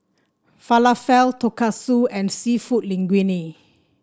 Falafel Tonkatsu and seafood Linguine